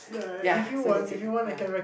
ya so that's it ya